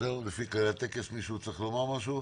לפי כללי הטקס, מישהו צריך לומר משהו?